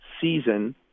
season